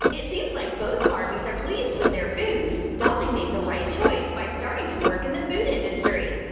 it seems like both barbies are pleased with their food! dolly made the right choice by starting to work in the food industry!